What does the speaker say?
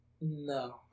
No